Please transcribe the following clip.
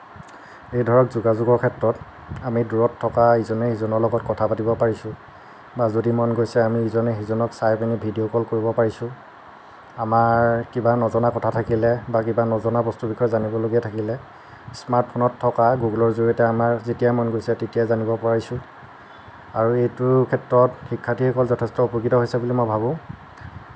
এইধৰক যোগাযোগৰ ক্ষেত্ৰত আমি দূৰত থকা ইজনে সিজনৰ লগত কথা পাতিব পাৰিছোঁ বা যদি মন গৈছে আমি ইজনে সিজনক চাইপিনি ভিডিঅ' কল কৰিব পাৰিছোঁ আমাৰ কিবা নজনা কথা থাকিলে বা কিবা নজনা বস্তুৰ বিষয়ে জানিবলগা থাকিলে স্মাৰ্টফোনত থকা গুগ'লৰ জড়িয়তে আমাৰ যেতিয়াই মন গৈছে তেতিয়াই জানিব পাৰিছোঁ আৰু এইটো ক্ষেত্ৰত শিক্ষাৰ্থীসকল যথেষ্ট উপকৃত হৈছে বুলি মই ভাৱোঁ